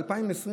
ב-2020,